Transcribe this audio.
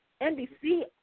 NBC